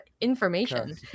information